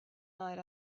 night